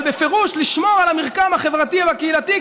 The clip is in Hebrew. אבל בפירוש לשמור על המרקם החברתי והקהילתי,